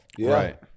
Right